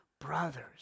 brothers